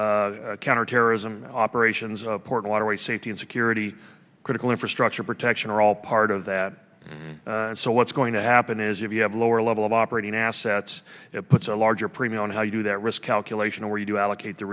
areas counterterrorism operations port waterways safety and security critical infrastructure protection are all part of that so what's going to happen is if you have a lower level of operating assets it puts a larger premium on how you do that risk calculation where you allocate the